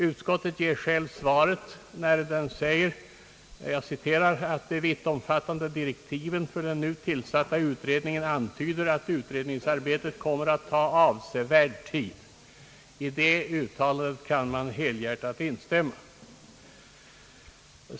Utskottet ger självt svaret när det skriver, att »de vittomfattande direktiven för den nu tillsatta utredningen antyder att utredningsarbetet kommer att ta avsevärd tid». I det ut talandet kan man helhjärtat instämma.